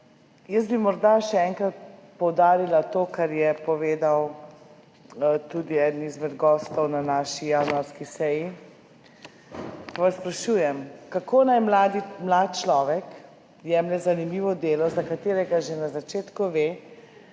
Jaz bi morda še enkrat poudarila to, kar je povedal tudi eden izmed gostov na naši januarski seji. Sprašujem vas, kako naj mlad človek jemlje zanimivo delo, za katerega že na začetku ve,